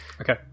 okay